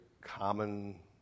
common